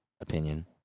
opinion